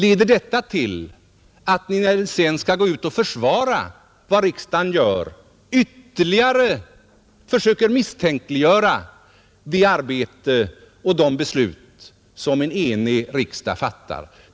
Leder detta till att ni, när ni sedan skall gå ut och försvara vad riksdagen gör, ytterligare försöker misstänkliggöra de beslut som en enig riksdag fattar?